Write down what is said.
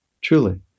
truly